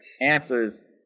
answers